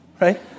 right